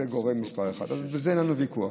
הוא הגורם מספר 1. על זה אין לנו ויכוח.